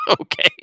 Okay